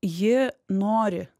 ji nori